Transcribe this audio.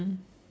mm